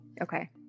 Okay